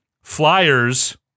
flyers